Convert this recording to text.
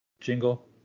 jingle